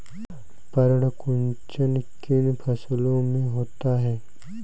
पर्ण कुंचन किन फसलों में होता है?